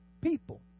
people